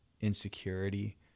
insecurity